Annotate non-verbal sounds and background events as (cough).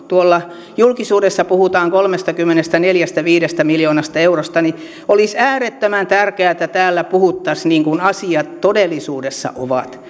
tuolla julkisuudessa puhutaan kolmestakymmenestäneljästä viiva kolmestakymmenestäviidestä miljoonasta eurosta olisi äärettömän tärkeää että täällä puhuttaisiin niin kuin asiat todellisuudessa ovat (unintelligible)